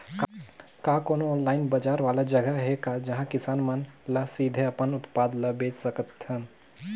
का कोनो ऑनलाइन बाजार वाला जगह हे का जहां किसान मन ल सीधे अपन उत्पाद ल बेच सकथन?